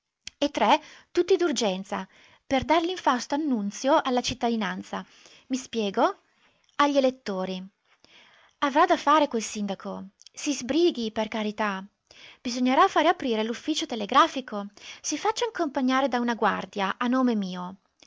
e tre tutti d'urgenza per dar l'infausto annunzio alla cittadinanza mi spiego a gli elettori avrà da fare quel sindaco si sbrighi per carità bisognerà fare aprire l'ufficio telegrafico si faccia accompagnare da una guardia a nome mio